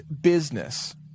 business